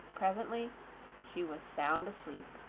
presently she was sound asleep.